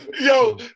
yo